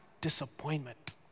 disappointment